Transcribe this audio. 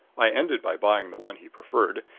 i ended by buying the one he preferred,